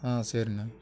ஆ சேரிண்ண